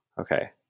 Okay